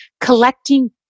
collecting